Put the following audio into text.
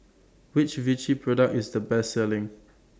Which Vichy Product IS The Best Selling